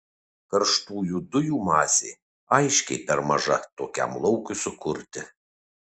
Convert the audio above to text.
karštųjų dujų masė aiškiai per maža tokiam laukui sukurti